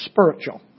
spiritual